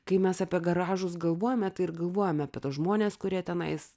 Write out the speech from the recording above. kai mes apie garažus galvojame tai ir galvojame apie tuos žmones kurie tenais